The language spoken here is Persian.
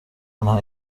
آنها